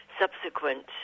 subsequent